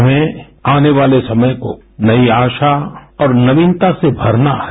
हमें आने वाले समय को नई आशा और नवीनता से भरना है